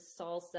salsa